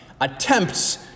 attempts